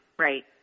Right